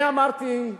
אני אמרתי,